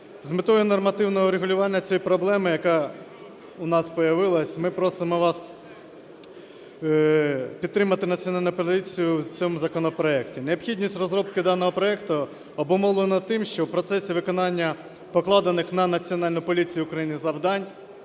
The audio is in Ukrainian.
З метою нормативного врегулювання цієї проблеми, яка у нас появилась, ми просимо вас підтримати Національну поліцію в цьому законопроекті. Необхідність розробки даного проекту обумовлена тим, що в процесі виконання покладених на Національну поліцію України завдань